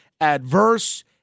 adverse